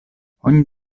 ogni